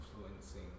influencing